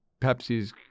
Pepsi's